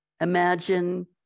Imagine